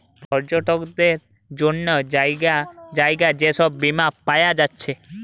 পর্যটকদের জন্যে জাগায় জাগায় যে সব বীমা পায়া যাচ্ছে